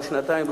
לא שנתיים,